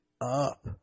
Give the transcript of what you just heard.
up